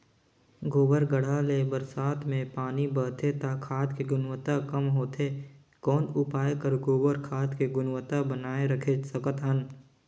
गोबर गढ्ढा ले बरसात मे पानी बहथे त खाद के गुणवत्ता कम होथे कौन उपाय कर गोबर खाद के गुणवत्ता बनाय राखे सकत हन?